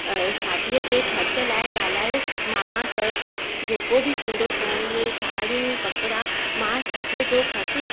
अ शादीअ जे ख़र्च लाइ ॻाल्हायो मामा चयोसि जेको बि थींदो सोन साड़ियूं कपिड़ा मां शादीअ जो ख़र्च